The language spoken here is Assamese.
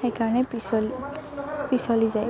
সেইকাৰণে পিছলি পিছলি যায়